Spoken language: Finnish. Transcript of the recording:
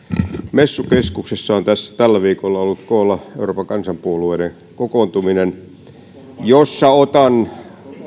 messukeskuksessa on tällä viikolla ollut koolla euroopan kansanpuolueiden kokoontuminen josta otan